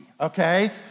okay